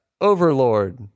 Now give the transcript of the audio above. Overlord